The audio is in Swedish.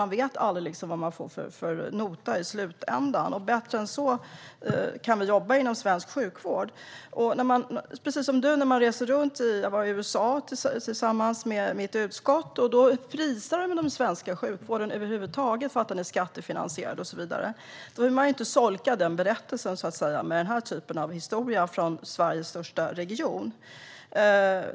Man vet aldrig vad man får för nota i slutändan. Bättre än så kan vi jobba inom svensk sjukvård. Jag var i USA med mitt utskott. Där prisade de den svenska sjukvården över huvud taget för att den är skattefinansierad och så vidare. Då vill man inte solka ned den berättelsen, så att säga, med den här typen av historia från Sveriges största region.